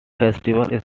festival